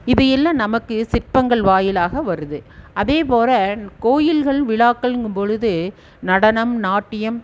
இது எல்லாம் நமக்கு சிற்பங்கள் வாயிலாக வருது அதேப்போல் கோயில்கள் விழாக்களுங்கும் போது நடனம் நாட்டியம்